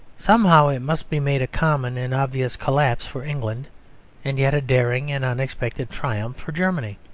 somehow it must be made a common and obvious collapse for england and yet a daring and unexpected triumph for germany.